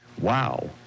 Wow